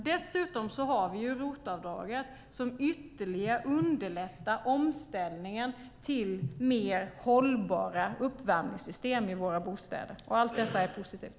Dessutom har vi ROT-avdraget, som ytterligare underlättar omställningen till mer hållbara uppvärmningssystem i våra bostäder. Allt detta är positivt.